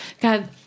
God